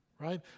right